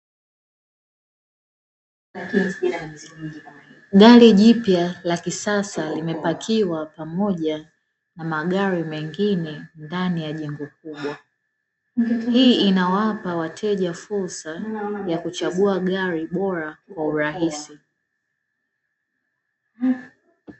Gari jipya la kisasa limepakiwa pamoja na magari mengine ndani ya jengo kubwa, hii inawapa wateja fursa ya kuchagua gari bora kwa urahisi.